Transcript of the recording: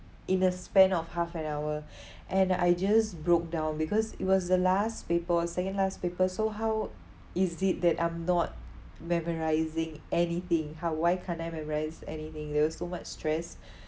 in a span of half an hour and I just broke down because it was the last paper or second last paper so how is it that I'm not memorising anything how why can't I memorise anything there was so much stress